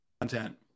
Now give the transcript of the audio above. content